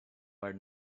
were